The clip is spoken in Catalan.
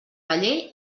paller